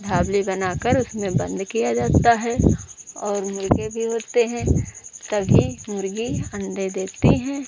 ढाबली बनाकर उसमें बंद किया जाता है और मुर्गे भी होते हैं तभी मुर्गी अंडे देती हैं